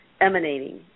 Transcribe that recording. emanating